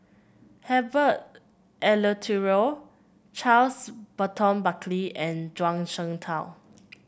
Herbert Eleuterio Charles Burton Buckley and Zhuang Shengtao